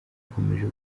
ikomeje